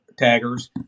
taggers